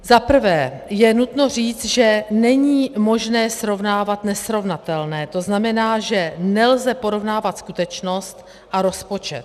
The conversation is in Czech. Zaprvé je nutno říct, že není možné srovnávat nesrovnatelné, to znamená, že nelze porovnávat skutečnost a rozpočet.